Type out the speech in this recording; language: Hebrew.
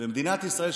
במדינת ישראל,